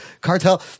cartel